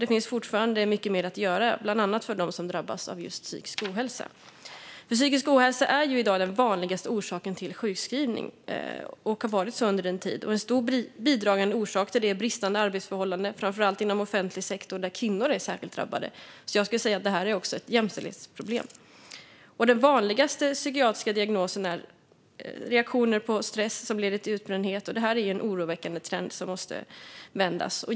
Det finns fortfarande mycket mer att göra, bland annat för dem som drabbas av psykisk ohälsa. Psykisk ohälsa är i dag den vanligaste orsaken till sjukskrivning och har varit så under en tid. En stor bidragande orsak till detta är brister i arbetsförhållanden, framför allt inom offentlig sektor, där kvinnor är särskilt drabbade. Jag skulle säga att detta också är ett jämställdhetsproblem. Den vanligaste psykiatriska diagnosen är reaktioner på stress, som leder till utbrändhet. Det är en oroväckande trend som måste vändas.